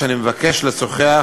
ביקשתי להיפגש ולשוחח